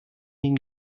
den